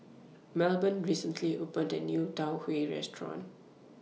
Melbourne recently opened A New Tau Huay Restaurant